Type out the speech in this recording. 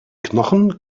knochen